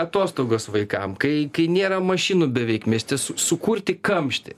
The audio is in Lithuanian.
atostogos vaikam kai kai nėra mašinų beveik mieste su sukurti kamštį